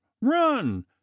run